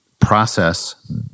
process